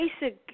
basic